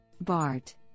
BART